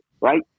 right